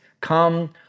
Come